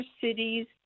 cities